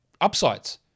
upsides